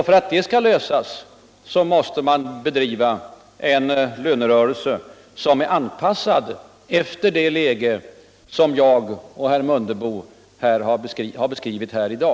För att detta skall Ilvckas fordras i sin tur att vi kan få en lönerörelse som är anpassad till det ekonomiska läge som jag och herr Mundebo har beskrivit här i dug.